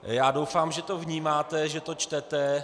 Já doufám, že to vnímáte, že to čtete...